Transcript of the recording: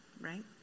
right